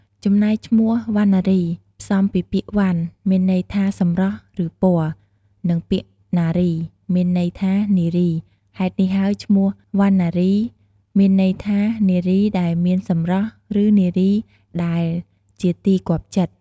ចំណែកឈ្មោះ វណ្ណារី ផ្សំពីពាក្យ វណ្ណ មានន័យថាសម្រស់ ឬពណ៌ និង ពាក្យណារី មាន័យថានារី ហេតុនេះហើយឈ្មោះ វណ្ណារី មានន័យថា នារីដែលមានសម្រស់ ឬនារីដែលជាទីគាប់ចិត្ត។